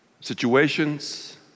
situations